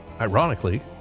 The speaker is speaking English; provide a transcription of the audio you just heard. Ironically